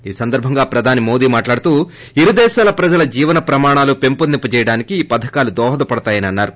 ఈ సందర్భంగా ప్రధాన మోదీ మాట్లాడుతూ ఇరు దేశాల ప్రజల జీవన ప్రమాణాలు ప్రంపొందించడానికి ఈ పథకాలు దోహదపడతాయని అన్నారు